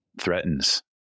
threatens